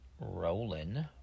rolling